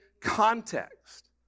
context